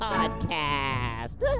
Podcast